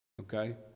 Okay